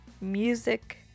music